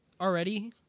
already